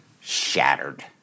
Shattered